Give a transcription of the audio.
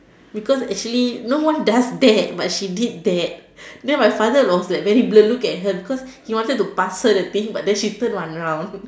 because actually no one does that but she did that then my father was like very blur look at her because he wanted to pass her the thing but then she turn one round